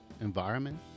environment